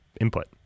input